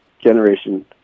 Generation